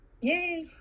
Yay